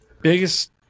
Biggest